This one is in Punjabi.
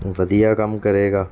ਵਧੀਆ ਕੰਮ ਕਰੇਗਾ